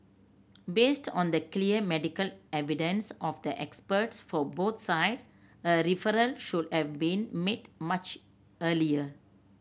based on the clear medical evidence of the experts for both sides a referral should have been made much earlier